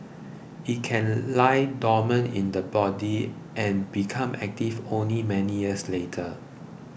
it can lie dormant in the body and become active only many years later